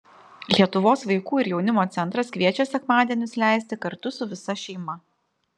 lietuvos vaikų ir jaunimo centras kviečia sekmadienius leisti kartu su visa šeima